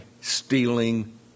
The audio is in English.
stealing